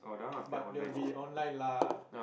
but they will be online lah